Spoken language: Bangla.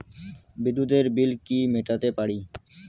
বিদ্যুতের বিল কি মেটাতে পারি?